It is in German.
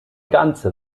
ganze